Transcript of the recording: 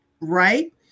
Right